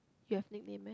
you have nickname meh